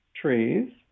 trees